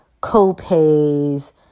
co-pays